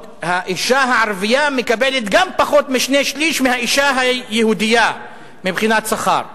האשה הערבייה מקבלת עוד פחות משני-שלישים מהאשה היהודייה מבחינת שכר.